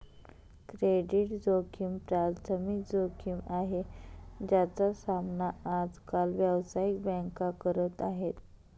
credit जोखिम प्राथमिक जोखिम आहे, ज्याचा सामना आज काल व्यावसायिक बँका करत आहेत